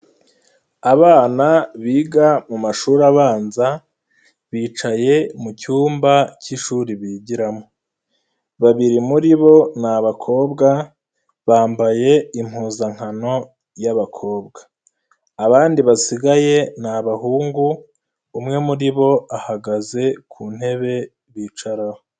Abana biga mu mashuri abanza bicaye mu cyumba k'ishuri bigiramo. Babiri muri bo ni abakobwa, bambaye impuzankano y'abakobwa. Abandi basigaye ni abahungu, umwe muri bo ahagaze ku ntebe bicaraho.